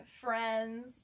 friends